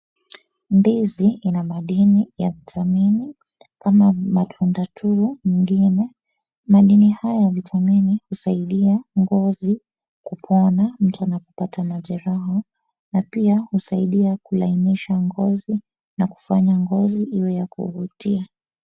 Ndizi ina madini ya vitamini kama matunda tu nyingine. Madini haya ya vitamini husaidia ngozi kupona mtu anapopata majeraha na pia husaidia kulainisha ngozi na kufanya ngozi iwe ya kuvutia.